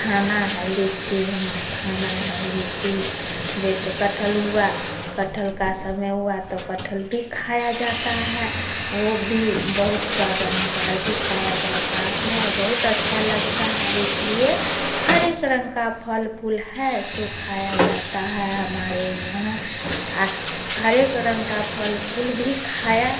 खाना है लीची हमको खाना है लीची जैसे कटहल हुआ कटहल का समय हुआ तो कटहल भी खाया जाता है वो भी बहुत स्वाद अनुसार भी खाया जाता है बहुत अच्छा लगता है इसलिए हर एक रंग का फल फूल है सो खाया जाता है हमारे यहाँ हस हर एक रंग का फल फूल भी खाया